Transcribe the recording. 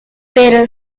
pero